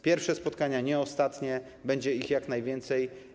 Pierwsze spotkanie, ale nie ostatnie, będzie ich jak najwięcej.